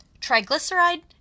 triglyceride